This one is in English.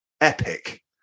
epic